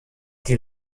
die